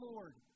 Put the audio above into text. Lord